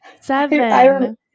Seven